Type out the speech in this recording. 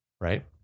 right